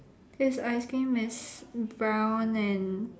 his ice cream is brown and